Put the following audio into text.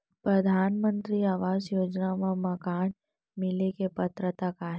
परधानमंतरी आवास योजना मा मकान मिले के पात्रता का हे?